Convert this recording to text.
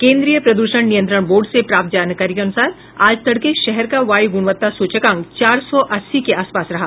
केन्द्रीय प्रदूषण नियंत्रण बोर्ड से प्राप्त जानकारी के अनुसार आज तड़के शहर का वायु गुणवत्ता सूचकांक चार सौ अस्सी के आसपास रहा